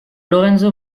lorenzo